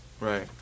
Right